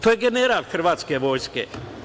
To je general hrvatske vojske.